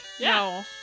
No